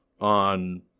on